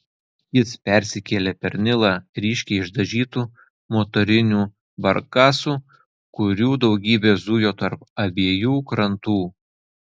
jis persikėlė per nilą ryškiai išdažytu motoriniu barkasu kurių daugybė zujo tarp abiejų krantų